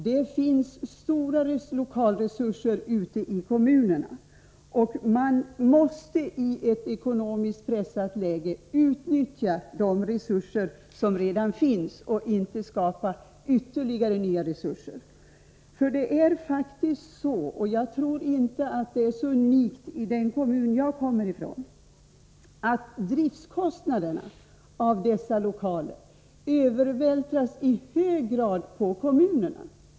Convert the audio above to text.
Det finns stora lokalresurser ute i kommunerna, och man måste i ett ekonomiskt pressat läge utnyttja de resurser som redan finns och inte skapa ytterligare resurser. I den kommun som jag kommer ifrån är det faktiskt så — och jag tror inte att det är unikt — att driftkostnaderna för samlingslokaler i hög grad övervältras på kommunen.